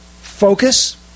Focus